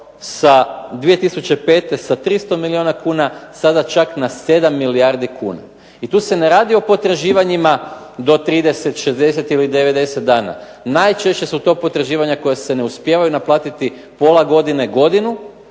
2005. sa 300 milijuna kuna sada čak na 7 milijardi kuna. I tu se ne radi o potraživanja do 30, 60 ili 90 dana, najčešće su to potraživanja koja se ne uspijevaju naplatiti pola godine, godinu